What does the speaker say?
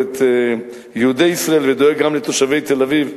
את יהודי ישראל ודואג גם לתושבי תל-אביב,